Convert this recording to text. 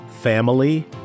family